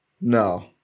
No